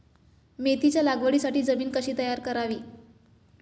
मेथीच्या लागवडीसाठी जमीन कशी तयार करावी?